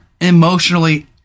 emotionally